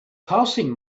passing